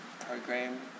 program